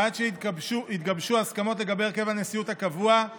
עד שיתגבשו הסכמות לגבי הרכב הנשיאות הקבוע או